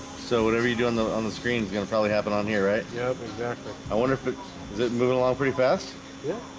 so whatever you do on the on the screen is gonna probably happen on here, right? yeah exactly i wonder if it is it move it along pretty fast yeah